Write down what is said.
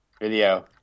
Video